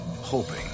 hoping